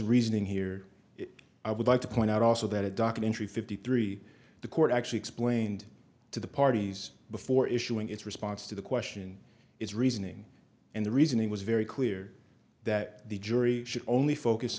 reasoning here i would like to point out also that a documentary fifty three the court actually explained to the parties before issuing its response to the question is reasoning and the reasoning was very clear that the jury should only focus